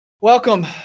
Welcome